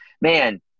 man